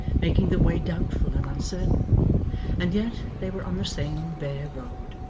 making the way doubtful and uncertain and yet they were on the same bare road,